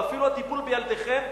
ואפילו הטיפול בילדיכם,